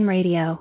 Radio